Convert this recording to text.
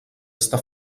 està